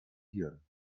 hirn